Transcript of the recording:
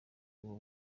ubu